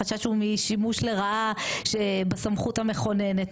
החשש הוא משימוש לרעה בסמכות המכוננת,